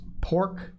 pork